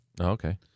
okay